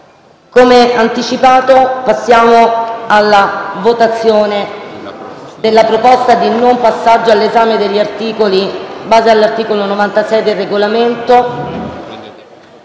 come anticipato, passiamo alla votazione della proposta di non passaggio all'esame degli articoli, in base all'articolo 96 del Regolamento.